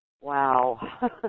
Wow